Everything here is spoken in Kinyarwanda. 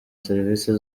serivisi